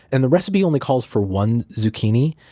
and the recipe only calls for one zucchini,